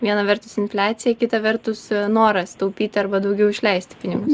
viena vertus infliacija kita vertus noras taupyti arba daugiau išleisti pinigus